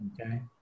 Okay